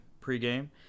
pre-game